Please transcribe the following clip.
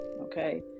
okay